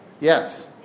Yes